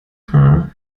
haar